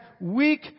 weak